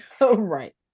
Right